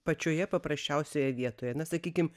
pačioje paprasčiausioje vietoje na sakykim